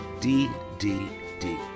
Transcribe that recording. ddd